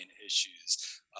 issues